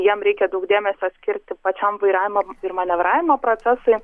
jam reikia daug dėmesio skirti pačiam vairavimo ir manevravimo procesui